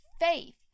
faith